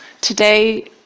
Today